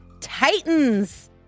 titans